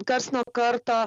karts nuo karto